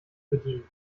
bedienen